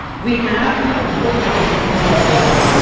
we have posted a lot of